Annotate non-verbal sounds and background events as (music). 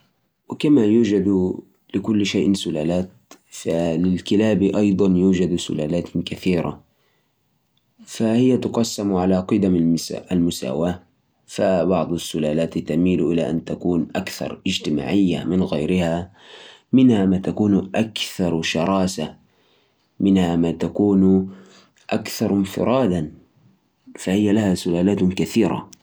مو جميع سلالات الكلاب ودية على قدم المساواة في سلالات تعتبر ودية وتحب الناس زي البرادور والبيجل (noise) بينما في سلالات تانية قد تكون أكثر حظراً أو عدوانية مثل بعض الكلاب الحراسة والتعامل مع الكلب وتربيته يلعب دور كبير في تصرفاته